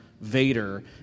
Vader